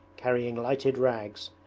carrying lighted rags.